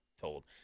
told